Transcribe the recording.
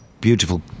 beautiful